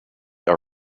are